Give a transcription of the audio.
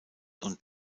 und